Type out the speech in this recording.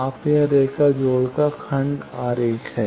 अब यह रेखा जोड़ का खंड आरेख है